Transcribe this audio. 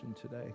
today